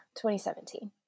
2017